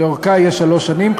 שאורכה יהיה שלוש שנים,